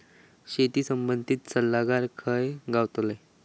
शेती संबंधित सल्लागार खय गावतलो?